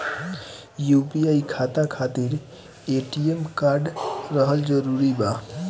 UPI खाता खातिर ATM card रहल जरूरी बा?